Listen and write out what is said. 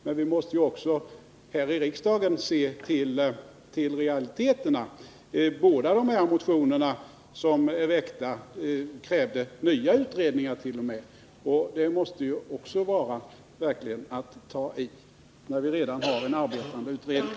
Men vi måste också här i riksdagen se till realiteterna. Båda de motioner som är väckta krävde t.o.m. nya utredningar, och det måste verkligen vara att ta i, när vi redan har en arbetande utredning.